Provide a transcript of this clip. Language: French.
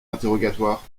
interrogatoires